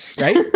Right